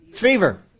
fever